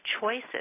choices